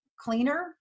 cleaner